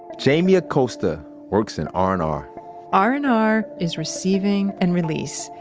jaime acosta works in r and r r and r is receiving and release.